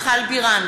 מיכל בירן,